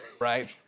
right